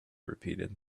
repeated